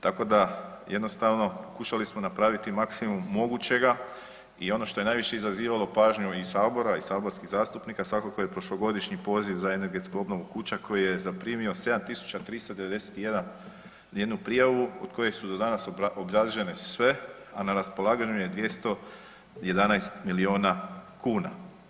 Tako da jednostavno pokušali smo napraviti maksimum mogućega i ono što je najviše izazivalo pažnju i sabora i saborskih zastupnika svakako je prošlogodišnji poziv za energetsku obnovu kuća koji je zaprimio 7391 prijavu od koje su do danas obrađene sve, a na raspolaganju je 211 milijuna kuna.